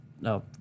No